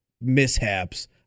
mishaps